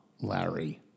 Larry